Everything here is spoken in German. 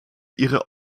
ihre